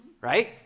right